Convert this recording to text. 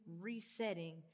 resetting